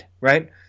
right